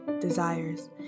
desires